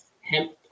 hemp